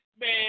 man